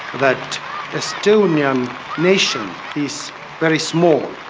that estonian nation is very small,